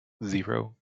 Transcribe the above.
zero